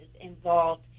involved